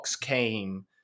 came